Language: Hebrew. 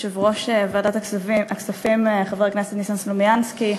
יושב-ראש ועדת הכספים חבר הכנסת ניסן סלומינסקי,